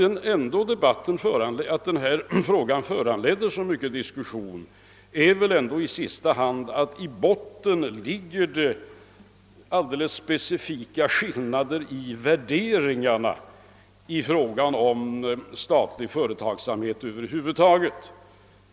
Orsaken till att denna fråga föranlett så mycken diskussion är väl ändå i sista hand, att det i botten ligger alldeles specifika skillnader i värderingarna när det gäller statlig företagsamhet över huvud taget.